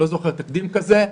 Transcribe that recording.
אני לא זוכר תקדים כזה.